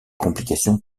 complications